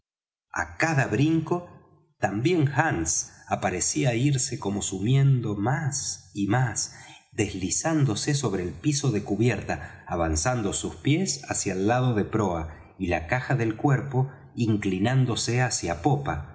á cada brinco también hands aparecía irse como sumiendo más y más deslizándose sobre el piso de cubierta avanzando sus pies hacia el lado de proa y la caja del cuerpo inclinándose hacia popa